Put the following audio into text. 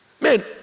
man